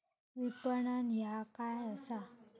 विपणन ह्या काय असा?